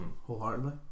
wholeheartedly